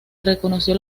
reconoció